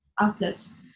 outlets